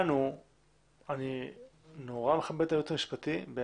אני מאוד מכבד את הייעוץ המשפטי,